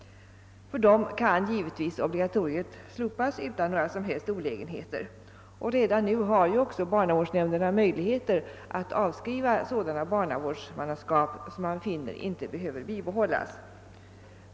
För dem kan givetvis obligatoriet slopas utan några som helst olägenheter. Redan nu har ju också barnavårdsnämnderna möjlighet att avskriva sådana barnavårdsmannaskap som man finner inte behöver bibehållas.